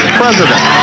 president